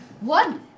One